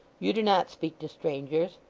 you do not speak to strangers.